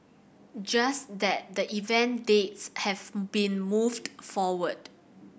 just that the event dates have been moved forward